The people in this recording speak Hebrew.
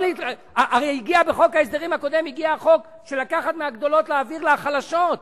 הרי הגיע בחוק ההסדרים הקודם החוק של לקחת מהגדולות ולהעביר לחלשות,